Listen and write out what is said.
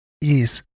yes